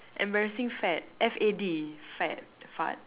embarrassing fad F_A_D fad fad